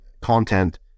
content